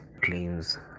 claims